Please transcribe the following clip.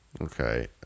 Okay